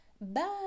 bye